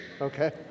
okay